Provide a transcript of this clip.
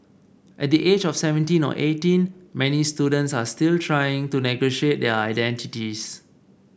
at the age of seventeen or eighteen many students are still trying to negotiate their identities